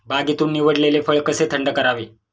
बागेतून निवडलेले फळ कसे थंड करावे?